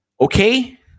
okay